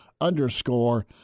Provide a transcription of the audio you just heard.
underscore